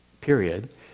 period